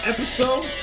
Episode